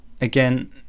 Again